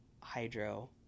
hydro